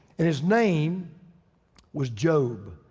and his name was job.